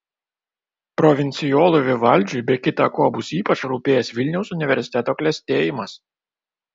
provincijolui vivaldžiui be kita ko bus ypač rūpėjęs vilniaus universiteto klestėjimas